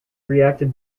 reacted